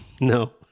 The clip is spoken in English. no